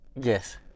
Yes